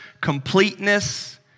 completeness